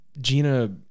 Gina